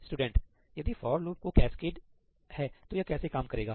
student यदि for loop का cascade है तो यह कैसे काम करेगा